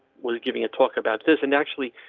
was giving a talk about this. and actually,